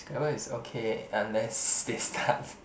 Scrabble is okay unless they start